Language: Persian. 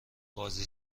بازی